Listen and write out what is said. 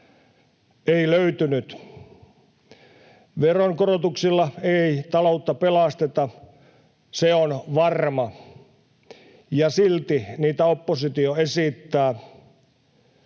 Ei löytynyt. Veronkorotuksilla ei taloutta pelasteta, se on varma, ja silti niitä oppositio esittää.